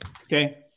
Okay